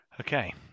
Okay